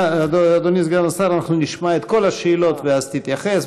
אדוני סגן השר, נשמע את כל השאלות, ואז תתייחס.